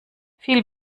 viel